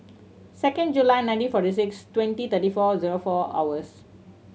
second July nineteen forty six twenty thirty four zero four hours